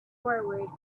forward